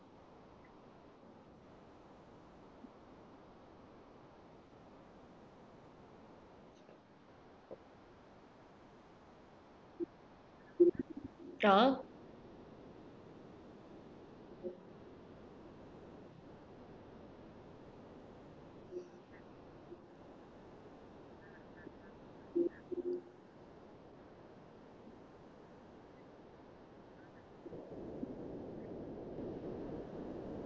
!huh!